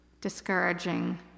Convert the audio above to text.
discouraging